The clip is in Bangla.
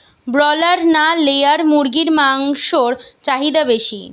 ব্রলার না লেয়ার মুরগির মাংসর চাহিদা বেশি?